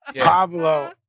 Pablo